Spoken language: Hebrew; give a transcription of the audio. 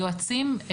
היועצים,